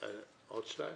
עוד שתיים?